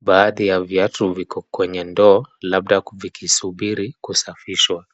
baadhi ya viatu viko kwenye ndoo labda vikisuburi kusafishwa